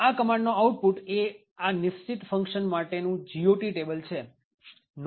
આ કમાન્ડનો આઉટપુટ એ આ નિશ્ચિત ફંક્શન માટેનું GOT ટેબલ છે